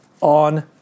on